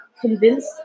convinced